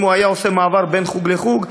אם הוא היה עובר מחוג לחוג,